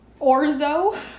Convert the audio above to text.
Orzo